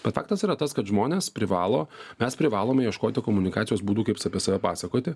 bet faktas yra tas kad žmonės privalo mes privalome ieškoti komunikacijos būdų kaip apie save pasakoti